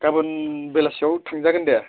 गाबोन बेलासियाव थांजागोन दे